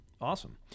Awesome